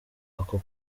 ako